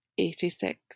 86